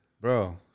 bro